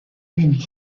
and